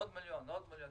עוד מיליון, עוד מיליון.